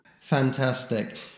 Fantastic